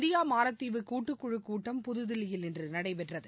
India மாலத்தீவு கூட்டு குழுக் கூட்டம் புதுதில்லியில் இன்று நடைபெற்றது